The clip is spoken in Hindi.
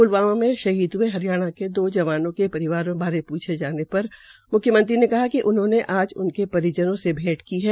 प्लवामा में शहीद हये हरियाणा के दो जवानों के परिवारों बारे पूछे जाने पर म्ख्यमंत्री ने कहा कि आज उनके परिजनों से भैंट की है